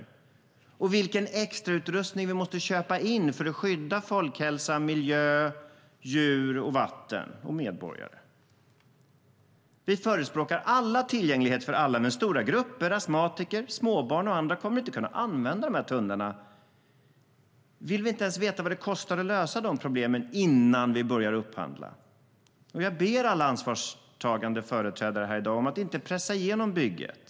Och vi kan väl ta reda på vilken extrautrustning vi måste köpa in för att skydda folkhälsa, miljö, djur, vatten och medborgare? Jag ber alla ansvarstagande företrädare här i dag att inte pressa igenom bygget.